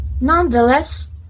Nonetheless